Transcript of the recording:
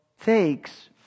takes